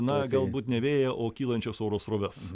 na galbūt ne vėją o kylančios oro sroves